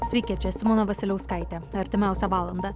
sveiki čia simona vasiliauskaitė artimiausią valandą